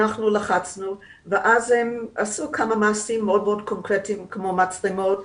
אנחנו לחצנו ואז הם עשו כמה מעשים מאוד מאוד קונקרטיים כמו מצלמות,